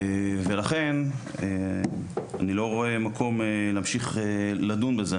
ולכן, אני לא רואה מקום להמשיך לדון בזה.